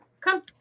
Come